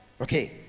Okay